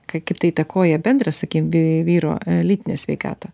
k kaip tai įtakoja bendrą sakym vy vyro lytinę sveikatą